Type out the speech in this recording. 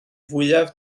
fwyaf